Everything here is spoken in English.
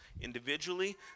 individually